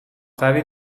تری